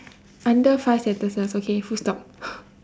under five sentences okay full stop